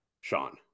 Sean